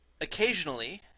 occasionally